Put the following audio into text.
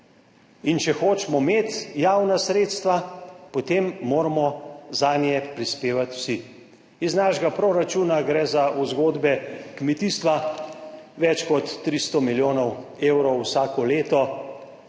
In če hočemo imeti javna sredstva, potem moramo zanje prispevati vsi. Iz našega proračuna gre v zgodbe kmetijstva več kot 300 milijonov evrov vsako leto.